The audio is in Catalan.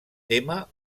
tema